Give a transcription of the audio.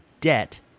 debt